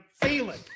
feeling